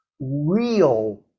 real